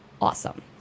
awesome